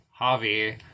Javi